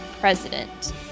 president